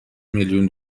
میلیون